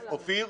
אופיר,